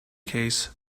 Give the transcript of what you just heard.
case